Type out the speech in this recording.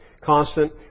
constant